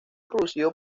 producido